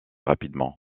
rapidement